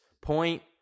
point